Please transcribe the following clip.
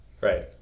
Right